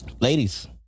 ladies